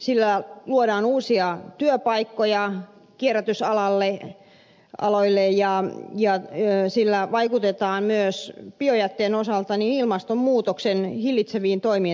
sillä luodaan uusia työpaikkoja kierrätysaloille ja sillä vaikutetaan myös biojätteen osalta ilmastonmuutosta hillitseviin toimiin